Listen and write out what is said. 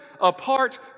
apart